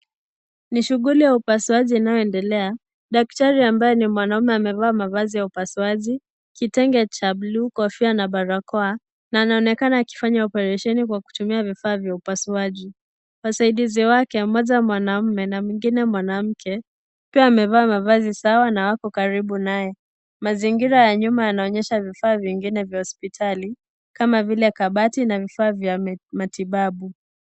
Ni shughuli ya upasuaji inayoendelea daktari ambaye ni mwanaume amevaa mavazi ya upasuaji, kitenge cha bluu kofia na barakoa na anaonekana akifanya operesheni kwa kutumia vifaa vya upasuaji wasaidizi wake mmoja mwanaume na mwingine mwanamke pia amevaa mavazi sawa na ako karibu naye . Mazingira ya nyuma yaonyesha vifaa vingine vya hospitali kama vile kabati na vifaa vya matibabu.